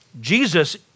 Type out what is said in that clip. Jesus